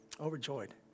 Overjoyed